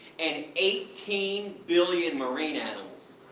and eighteen billion marine animals.